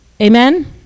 Amen